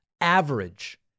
average